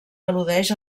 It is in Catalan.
al·ludeix